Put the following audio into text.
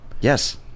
yes